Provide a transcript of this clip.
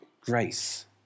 grace